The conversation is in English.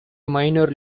minor